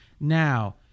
Now